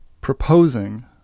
proposing